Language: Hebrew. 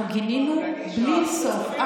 אנחנו גינינו בלי סוף,